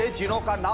you don't but